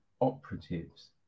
operatives